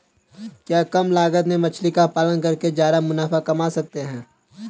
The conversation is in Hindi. क्या कम लागत में मछली का पालन करके ज्यादा मुनाफा कमा सकते हैं?